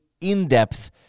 in-depth